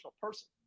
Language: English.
person